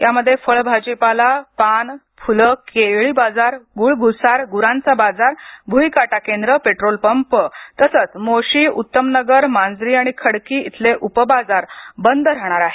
यामध्ये फळभाजीपाला पान फुलं केळी बाजार गुळ भुसार गुरांचा बाजार भुई काटा केंद्र पेट्रोल पंप तसच मोशी उत्तमनगर मांजरी आणि खडकी इथले उपबाजार बंद राहणार आहेत